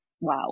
wow